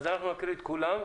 אז אנחנו נקריא את כולן.